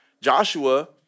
Joshua